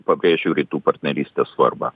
pabrėžiu rytų partnerystės svarbą